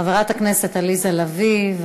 חברת הכנסת עליזה לביא,